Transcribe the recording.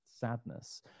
sadness